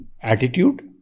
attitude